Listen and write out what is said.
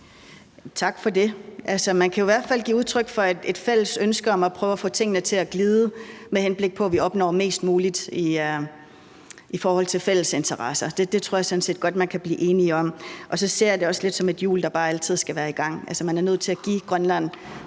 Tak for det. Man kan jo i hvert fald give udtryk for et fælles ønske om at prøve at få tingene til at glide, med henblik på at vi opnår mest muligt i forhold til fælles interesser. Det tror jeg sådan set godt man kan blive enige om, og så ser jeg det også lidt som et hjul, der bare altid skal være i gang. Altså, man er nødt til at give Grønland